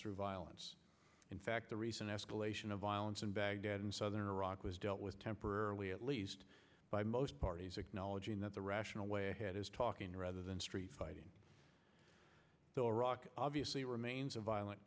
less violence in fact the recent escalation of violence in baghdad in southern iraq was dealt with temporarily at least by most parties acknowledging that the rational way ahead is talking rather than street fighting the iraq obviously remains a violent